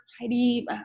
Heidi